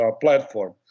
platform